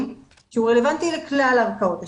שהוא רלבנטי לכלל הערכאות השיפוטיות,